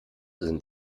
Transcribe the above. sind